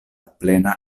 plena